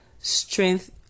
strength